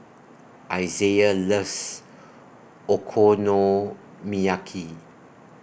Izaiah loves Okonomiyaki